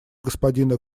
господина